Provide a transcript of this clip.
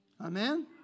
Amen